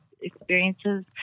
experiences